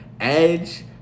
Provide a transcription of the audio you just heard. Edge